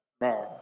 man